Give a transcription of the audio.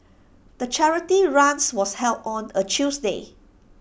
the charity runs was held on A Tuesday